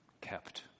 Kept